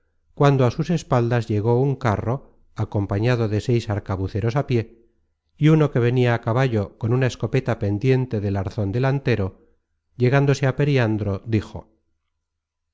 cuando á sus espaldas llegó un carro acompañado de seis arcabuceros á pié y uno que venia á caballo con una escopeta pendiente del arzon delantero llegándose á periandro dijo